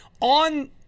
on